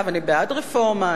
ואני בעד רפורמה,